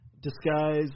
Disguise